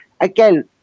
again